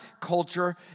culture